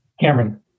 Cameron